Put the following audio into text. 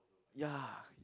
ya